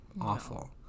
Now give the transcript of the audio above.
awful